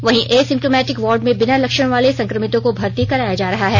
वहीं asymptomatic ward में बिना लक्षण वाले संक्रमितों को भर्ती कराया जा रहा है